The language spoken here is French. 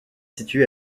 situé